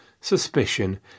suspicion